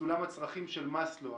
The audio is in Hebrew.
סולם הצרכים של מאסלו.